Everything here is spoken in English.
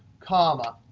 comma,